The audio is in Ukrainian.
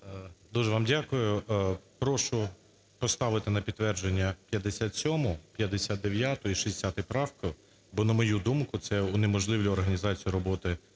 Дуже вам дякую. Прошу поставити на підтвердження 57, 59 і 60 правки, бо на мою думку, це унеможливлює організацію роботи